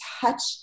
touch